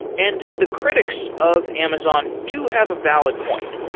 and the critics of amazon to have a valid point.